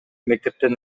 мектептен